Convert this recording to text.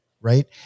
right